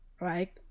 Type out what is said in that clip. right